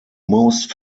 most